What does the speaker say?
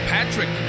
Patrick